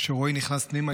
כשרועי נכנס פנימה,